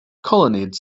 colonnades